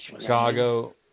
Chicago